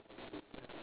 ya